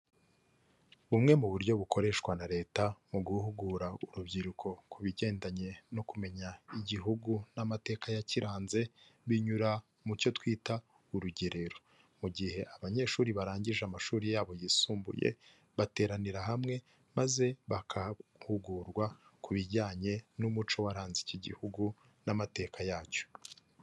Bumwe mu buryo bukoreshwa na leta mu guhugura urubyiruko ku bigendanye no kumenya igihugu n'amateka yakiranze, binyura mu cyo twita urugerero, mu gihe abanyeshuri barangije amashuri yabo yisumbuye bateranira hamwe maze bagahugurwa ku bijyanye n'umuco waranze iki gihugu n'amateka yacyo.